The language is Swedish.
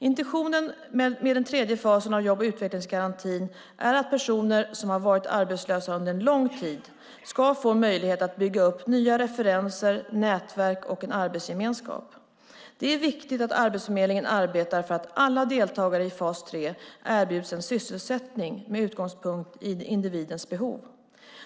Intentionen med den tredje fasen av jobb och utvecklingsgarantin är att personer som har varit arbetslösa under lång tid ska få möjlighet att bygga upp nya referenser, nätverk och en arbetsgemenskap. Det är viktigt att Arbetsförmedlingen arbetar för att alla deltagare i fas 3 erbjuds en sysselsättning med utgångspunkt i individens behov.